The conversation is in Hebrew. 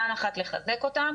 פעם אחת לחזק אותם,